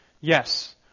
Yes